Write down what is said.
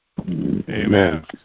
Amen